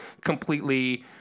completely